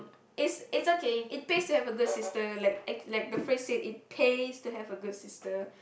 it's it's okay it pays to have a good sister like the phrase say it pays to have a good sister